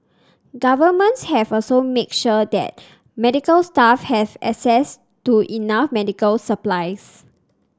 governments have also made sure that medical staff have access to enough medical supplies